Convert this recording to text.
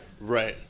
right